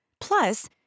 Plus